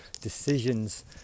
decisions